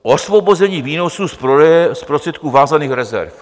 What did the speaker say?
Osvobození výnosů z prodeje z prostředků vázaných rezerv.